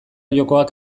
jokoak